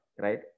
right